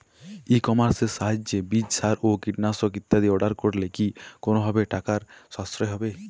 ই কমার্সের সাহায্যে বীজ সার ও কীটনাশক ইত্যাদি অর্ডার করলে কি কোনোভাবে টাকার সাশ্রয় হবে?